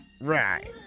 Right